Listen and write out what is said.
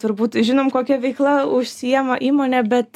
turbūt žinom kokia veikla užsiima įmonė bet